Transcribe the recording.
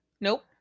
nope